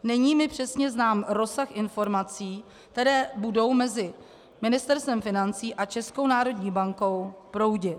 Není mi přesně znám rozsah informací, které budou mezi Ministerstvem financí a Českou národní bankou proudit.